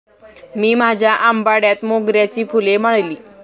मी माझ्या आंबाड्यात मोगऱ्याची फुले माळली